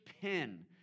pen